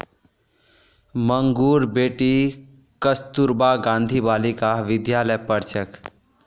मंगूर बेटी कस्तूरबा गांधी बालिका विद्यालयत पढ़ छेक